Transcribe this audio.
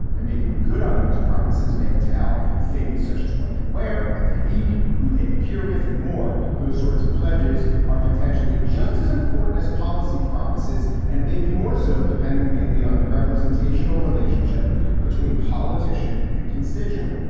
and making good on those promises may entail things such as what they wear, what they eat, who they appear with and more. those sorts of pledges are potentially just as important as policy promises, and maybe more so, depending mainly on the representational relationship between politician and constituent.